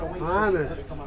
Honest